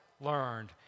learned